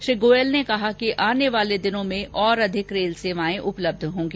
श्री गोयल ने कहा कि आने वाले दिनों में और अधिक रेल सेवाएं उपलब्य होंगी